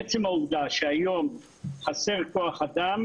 עצם העובדה שהיום חסר כוח אדם,